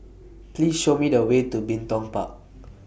Please Show Me The Way to Bin Tong Park